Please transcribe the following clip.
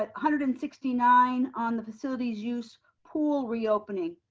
ah hundred and sixty nine on the facilities use pool reopening.